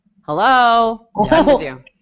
Hello